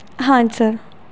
ਹਾਂਜੀ ਸਰ